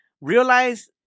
realize